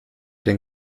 den